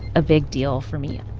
a big deal for me